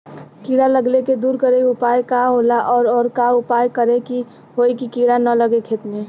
कीड़ा लगले के दूर करे के उपाय का होला और और का उपाय करें कि होयी की कीड़ा न लगे खेत मे?